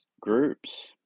groups